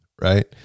right